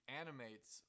animates